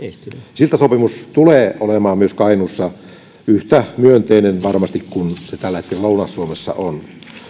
siltasopimus tulee varmasti olemaan myös kainuussa yhtä myönteinen kuin se tällä hetkellä lounais suomessa on